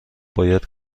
باید